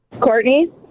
Courtney